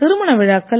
திருமண விழாக்கள்